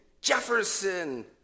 Jefferson